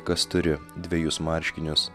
kas turi dvejus marškinius